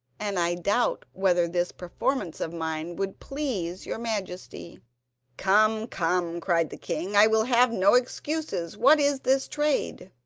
and i doubt whether this performance of mine would please your majesty come, come cried the king i will have no excuses, what is this trade